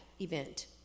event